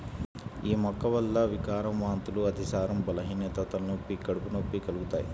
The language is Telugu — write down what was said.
యీ మొక్క వల్ల వికారం, వాంతులు, అతిసారం, బలహీనత, తలనొప్పి, కడుపు నొప్పి కలుగుతయ్